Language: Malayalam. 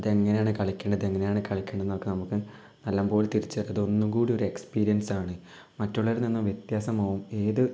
അതെങ്ങനെയാണ് കളിക്കേണ്ടത് അതെങ്ങനെയാണ് കളിക്കേണ്ടത് എന്നൊക്കെ നമ്മുക്ക് നല്ലത് പോലെ തിരിച്ചറിഞ്ഞ് ഒന്നുംകൂടി എസ്പീരിയൻസാണ് മറ്റുള്ളവരിൽ നിന്ന് വ്യത്യസമാവും ഏത്